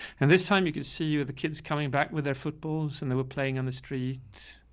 and this time you could see you with the kids coming back with their footballs and they were playing on the street.